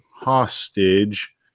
hostage